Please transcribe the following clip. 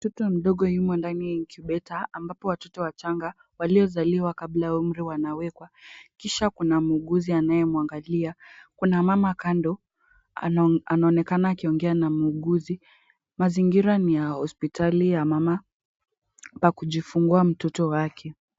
Mtoto mdogo yumo ndani ya incubator ambapo watoto wachanga waliozaliwa kabla ya umri wanawekwa, kisha kuna muuguzi anayemwangalia. Kuna mama kando anaonekana akiongea na muuguzi, mazingira ni ya hospitali ya mama pa kujifungua mtoto wake.